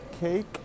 cake